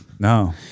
No